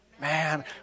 Man